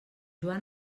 joan